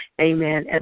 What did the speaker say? Amen